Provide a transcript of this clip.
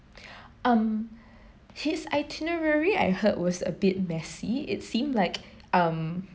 um his itinerary I heard was a bit messy it seem like um